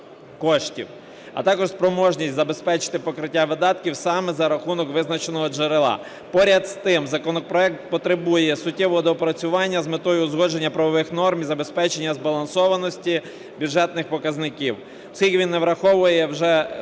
а також спроможність забезпечити покриття видатків саме за рахунок визначеного джерела. Поряд з тим, законопроект потребує суттєвого доопрацювання з метою узгодження правових норм і забезпечення збалансованості бюджетних показників,